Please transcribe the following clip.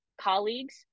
colleagues